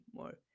more